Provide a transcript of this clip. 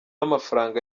amafaranga